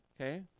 Okay